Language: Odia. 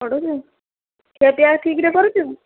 ପଢ଼ୁଛୁ ଖିଆପିଆ ଠିକ୍ରେ କରୁଛୁ